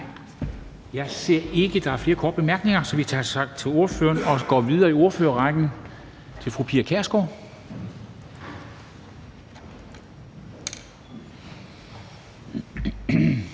Jeg ser ikke, at der er flere med korte bemærkninger, så vi siger tak til ordføreren og går videre i ordførerrækken til fru Pia Kjærsgaard,